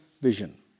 vision